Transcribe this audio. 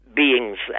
beings